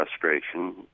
frustration